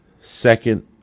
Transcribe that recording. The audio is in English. Second